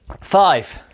Five